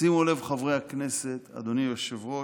שימו לב, חברי הכנסת, אדוני היושב-ראש,